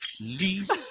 Least